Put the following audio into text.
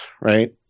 right